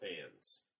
fans